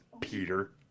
Peter